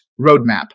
roadmap